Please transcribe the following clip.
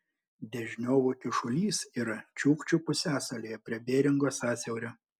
dežniovo kyšulys yra čiukčių pusiasalyje prie beringo sąsiaurio